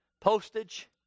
postage